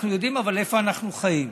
אבל אנחנו יודעים איפה אנחנו חיים.